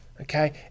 okay